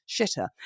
shitter